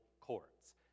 courts